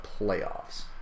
playoffs